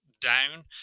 down